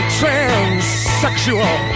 transsexual